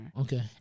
Okay